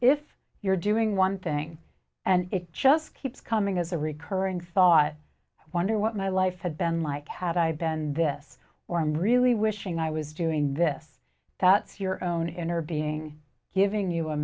if you're doing one thing and it just keeps coming as a recurring thought i wonder what my life had been like had i been this or i'm really wishing i was doing this that's your own inner being giving you a